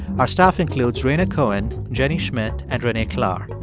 our staff includes rhaina cohen, jenny schmidt and renee klahr.